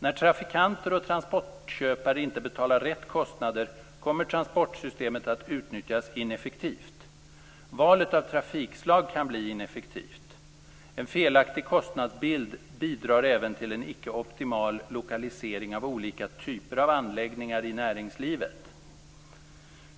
När trafikanter och transportköpare inte betalar rätt kostnader kommer transportsystemet att utnyttjas ineffektivt. Valet av trafikslag kan bli ineffektivt. En felaktig kostnadsbild bidrar även till en icke optimal lokalisering av olika typer av anläggningar i näringslivet.